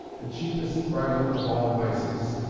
the chiefest bridle of all vices.